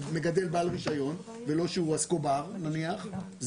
הוא מגדל בעל רישיון ולא שהוא אסקובר נניח.